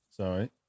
Sorry